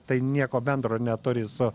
tai nieko bendro neturi su